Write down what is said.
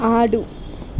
ఆడు